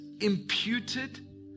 imputed